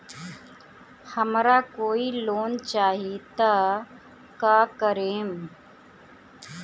हमरा कोई लोन चाही त का करेम?